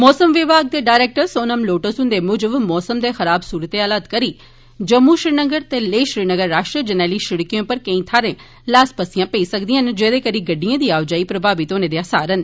मौसम विभाग दे डरैक्टर सोनम लोटस हुंदे मुजब मौसम दे खराब सूरते हाल कारण जम्मू श्रीनगर ते लेह श्रीनगर राष्ट्री जरनैली सिड़कें पर केईं थाहरें ल्हास पस्सियां पेई सकदिआं न जेहदे करी गडि़डएं दी आओजाई प्रमावत होने दे असार न